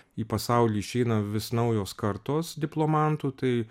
į pasaulį išeina vis naujos kartos diplomantų tai